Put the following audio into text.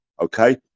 okay